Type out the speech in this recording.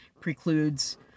precludes